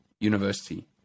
university